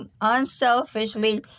unselfishly